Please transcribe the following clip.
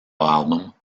album